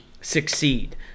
succeed